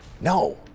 No